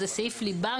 מבחינתנו זה סעיף ליבה.